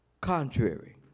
contrary